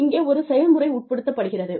இங்கே ஒரு செயல்முறை உட்படுத்தப்படுகிறது